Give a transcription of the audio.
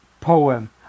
poem